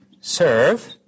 serve